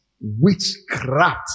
witchcraft